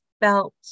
felt